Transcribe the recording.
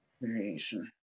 variation